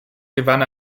gewann